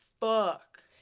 fuck